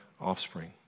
offspring